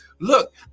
look